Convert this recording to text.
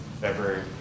February